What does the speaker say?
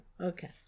Okay